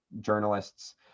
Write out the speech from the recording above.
journalists